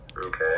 Okay